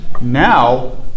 Now